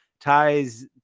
ties